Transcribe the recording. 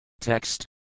Text